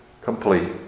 complete